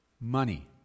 Money